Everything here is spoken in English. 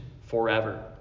forever